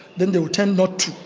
then they will tend not